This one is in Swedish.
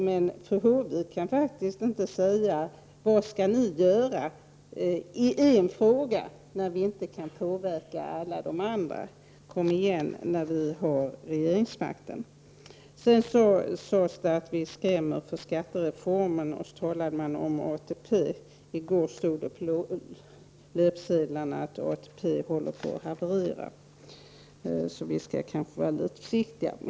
Men fru Håvik kan faktiskt inte fråga vad vi skall göra i en fråga när vi inte kan påverka alla de andra frågorna och sedan säga att vi skall komma igen när vi har regeringsmakten. Vidare sades det att vi är skrämda av skattereformen, och ATP nämndes. I går stod det på löpsedlarna att ATP-systemet håller på att haverera. Vi skall ändå vara litet försiktiga.